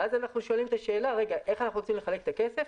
ואז אנחנו שואלים שאלה: איך אנחנו רוצים לחלק את הכסף?